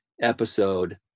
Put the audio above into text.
episode